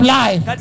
life